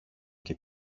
και